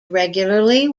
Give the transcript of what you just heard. regularly